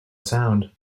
sound